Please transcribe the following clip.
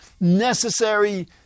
necessary